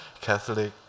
Catholic